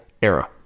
era